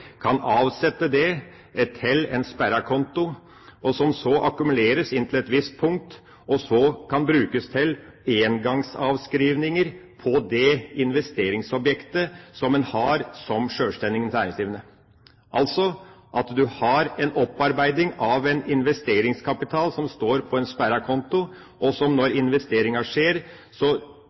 kan avsette det til en sperret konto. Det akkumuleres inntil et visst punkt og kan så brukes til engangsavskrivninger på det investeringsobjektet en har som sjølvstendig næringsdrivende, altså, du har en opparbeiding av investeringskapital som står på en sperret konto, og som, når investeringen skjer,